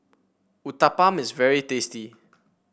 uthapam is very tasty